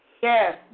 Yes